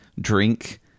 drink